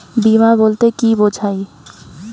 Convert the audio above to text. বিমা বলতে কি বোঝায়?